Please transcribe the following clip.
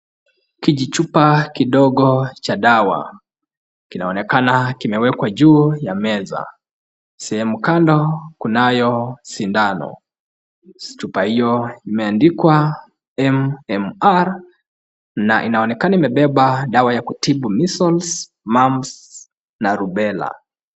Kijitupa kidogo cha dawa kinaonekana kimewekwa juu ya meza . Sehemu kando kuna sindano. Chupa hiyo imeandikwa m m r na inaonekana imebeba dawa ya kutibu measles, moms na rubella.